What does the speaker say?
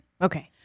Okay